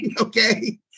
Okay